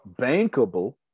bankable